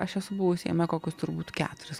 aš esu buvusi jame kokius turbūt keturis